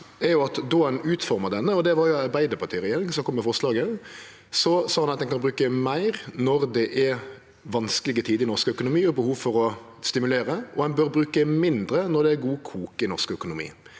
er at då ein utforma denne – og det var jo ei Arbeidarparti-regjering som kom med forslaget – sa ein at ein kan bruke meir når det er vanskelege tider i norsk økonomi og behov for å stimulere, og ein bør bruke mindre når det er god kok i norsk økonomi.